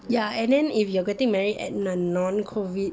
ya and then if you are getting married at the non COVID